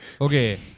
Okay